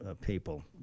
people